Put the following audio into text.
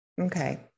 Okay